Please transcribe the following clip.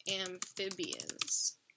Amphibians